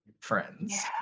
friends